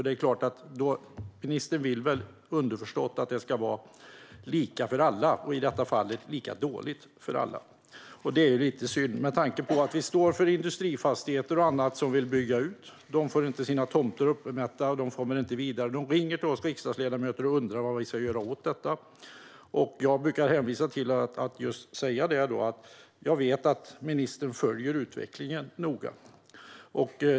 Det är väl underförstått att ministern vill att det ska vara lika för alla, i det här fallet lika dåligt för alla. Det är lite synd med tanke på att det finns industrifastigheter och annat som vill bygga ut. De får inte sina tomter uppmätta och kommer inte vidare. De ringer till oss riksdagsledamöter och undrar vad vi ska göra åt detta. Jag brukar hänvisa till jag vet att ministern noga följer utvecklingen.